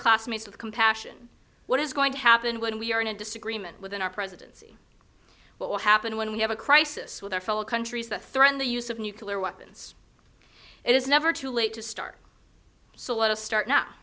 classmates with compassion what is going to happen when we are in a disagreement within our presidency what will happen when we have a crisis with our fellow countries that threaten the use of nuclear weapons it is never too late to start so let us start now